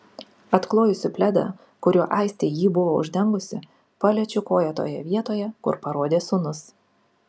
atklojusi pledą kuriuo aistė jį buvo uždengusi paliečiu koją toje vietoje kur parodė sūnus